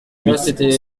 huit